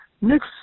Next